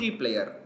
player